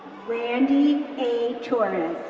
randy a. torres,